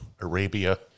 Arabia